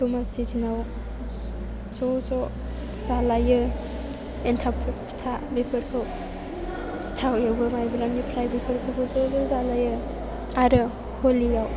दमासि दिनाव ज' ज' जालायो एन्थाब फिथा बेफोरखौ सिथाव एवो माइब्रानिफ्राय बेफोरखौ ज' ज' जालायो आरो हलिआव